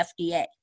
FDA